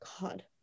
God